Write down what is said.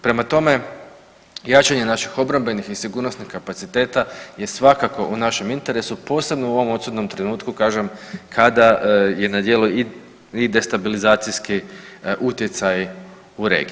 Prema tome jačanje naših obrambenih i sigurnosnih kapaciteta je svakako u našem interesu, posebno u ovom odsutnom trenutku kažem kada je na djelu i destabilizacijski utjecaj u regiji.